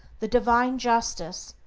the divine justice,